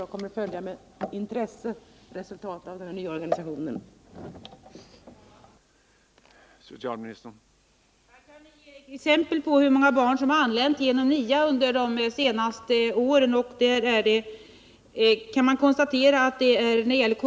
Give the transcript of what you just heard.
Jag kommer att med intresse följa resultatet av den nya organisationens arbete.